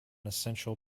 essential